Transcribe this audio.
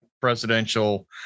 presidential